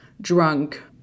drunk